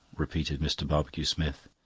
repeated mr. barbecue-smith.